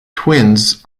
twins